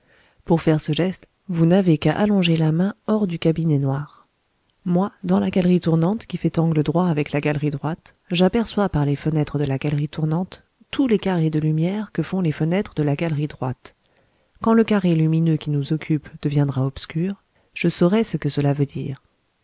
pour faire ce geste vous n'avez qu'à allonger la main hors du cabinet noir moi dans la galerie tournante qui fait angle droit avec la galerie droite j'aperçois par les fenêtres de la galerie tournante tous les carrés de lumière que font les fenêtres de la galerie droite quand le carré lumineux qui nous occupe deviendra obscur je saurai ce que cela veut dire